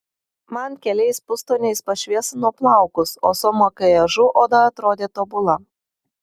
man keliais pustoniais pašviesino plaukus o su makiažu oda atrodė tobula